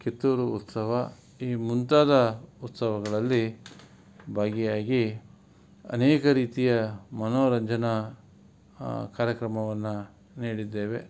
ಕಿತ್ತೂರು ಉತ್ಸವ ಈ ಮುಂತಾದ ಉತ್ಸವಗಳಲ್ಲಿ ಭಾಗಿಯಾಗಿ ಅನೇಕ ರೀತಿಯ ಮನೋರಂಜನಾ ಕಾರ್ಯಕ್ರಮವನ್ನು ನೀಡಿದ್ದೇವೆ